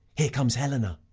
here comes helena.